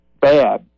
bad